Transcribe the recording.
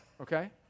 Okay